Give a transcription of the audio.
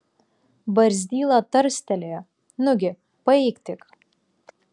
barzdyla tarstelėjo nugi paeik tik